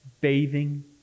bathing